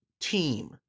team